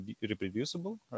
reproducible